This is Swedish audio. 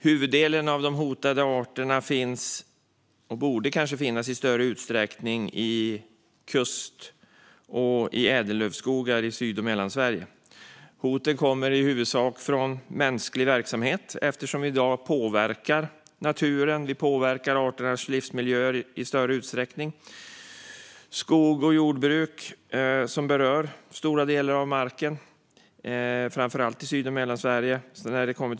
Huvuddelen av de hotade arterna finns - och borde kanske i större utsträckning finnas - vid kusten och i ädellövskogar i Syd och Mellansverige. Hoten kommer i huvudsak från mänsklig verksamhet, eftersom vi i dag påverkar naturen och arternas livsmiljöer i större utsträckning. Skogs och jordbruk berör stora delar av marken, framför allt i Syd och Mellansverige.